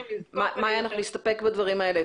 מאיה, אנחנו נסתפק בדברים האלה.